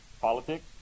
politics